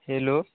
hello